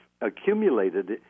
accumulated